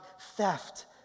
theft